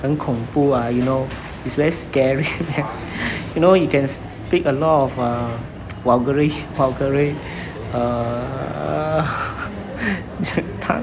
很恐怖 ah you know it's very scary you know he can speak a lot of uh vulgarish vulgarish err